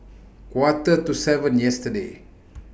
Quarter to seven yesterday